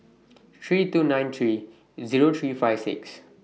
three two nine three Zero three five six